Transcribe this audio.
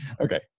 Okay